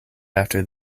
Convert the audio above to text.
after